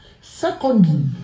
Secondly